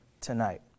tonight